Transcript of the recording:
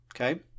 Okay